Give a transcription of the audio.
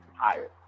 higher